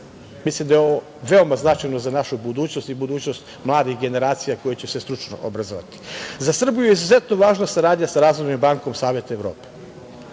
Mislim da je ovo veoma značajno za našu budućnost i budućnost mladih generacija koje će se stručno obrazovati.Za Srbiju je izuzetno važna saradnja sa Razvojnom bankom Saveta Evrope,